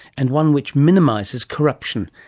and one which minimises corruption,